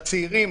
לצעירים,